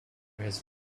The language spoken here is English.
his